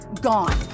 gone